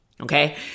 okay